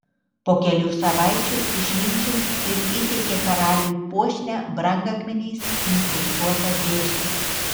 po kelių savaičių išminčius ir įteikė karaliui puošnią brangakmeniais inkrustuotą dėžę